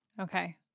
okay